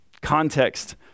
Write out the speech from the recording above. context